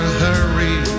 hurry